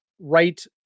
right